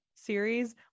Series